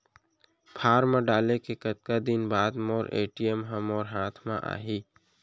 Form डाले के कतका दिन बाद मोर ए.टी.एम ह मोर हाथ म आही?